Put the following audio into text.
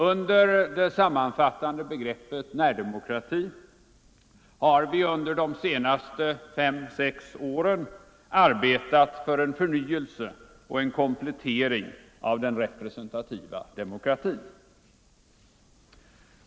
Under det sammanfattande begreppet närdemokrati har vi under de senaste fem sex åren arbetat för en förnyelse och en komplettering av den representativa demokratin.